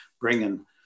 bringing